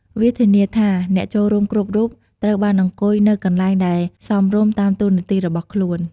វាធានាថាអ្នកចូលរួមគ្រប់រូបត្រូវបានអង្គុយនៅកន្លែងដែលសមរម្យតាមតួនាទីរបស់ខ្លួន។